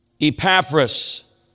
Epaphras